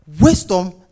wisdom